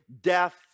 death